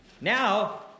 Now